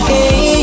Hey